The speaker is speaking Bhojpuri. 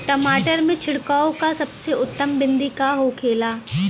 टमाटर में छिड़काव का सबसे उत्तम बिदी का होखेला?